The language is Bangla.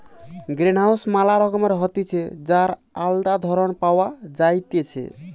গ্রিনহাউস ম্যালা রকমের হতিছে যার আলদা ধরণ পাওয়া যাইতেছে